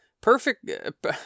perfect